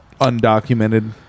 undocumented